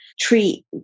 Treat